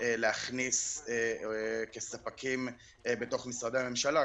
להכניס כספקים בתוך משרדי הממשלה.